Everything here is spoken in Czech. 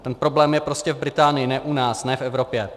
Ten problém je prostě v Británii, ne u nás, ne v Evropě.